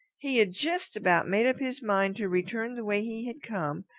he had just about made up his mind to return the way he had come,